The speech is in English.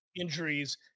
injuries